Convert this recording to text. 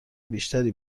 بیشتری